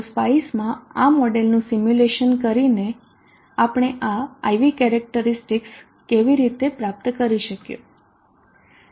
તો સ્પાઈસમાં આ મોડેલનું સિમ્યુલેશન કરીને આપણે આ I V કેરેક્ટરીસ્ટિકસ કેવી રીતે પ્રાપ્ત કરી શકીએ